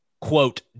quote